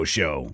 Show